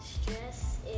Stress